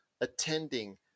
attending